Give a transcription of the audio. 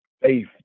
faith